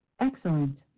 Excellent